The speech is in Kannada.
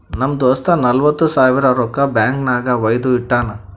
ನಮ್ ದೋಸ್ತ ನಲ್ವತ್ ಸಾವಿರ ರೊಕ್ಕಾ ಬ್ಯಾಂಕ್ ನಾಗ್ ವೈದು ಇಟ್ಟಾನ್